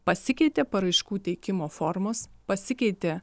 pasikeitė paraiškų teikimo formos pasikeitė